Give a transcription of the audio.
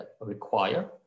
require